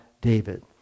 David